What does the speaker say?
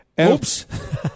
Oops